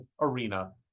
Arena